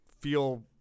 feel